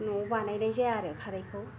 न'आव बानायनाय जाया आरो खारैखौ